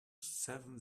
seven